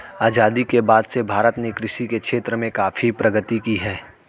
आजादी के बाद से भारत ने कृषि के क्षेत्र में काफी प्रगति की है